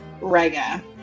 Rega